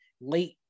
late